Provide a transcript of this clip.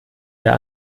der